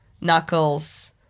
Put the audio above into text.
Knuckles